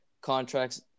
contracts